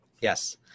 Yes